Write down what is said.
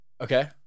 Okay